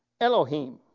Elohim